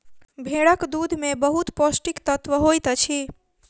भेड़क दूध में बहुत पौष्टिक तत्व होइत अछि